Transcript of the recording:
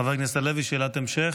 חבר הכנסת הלוי, שאלת המשך.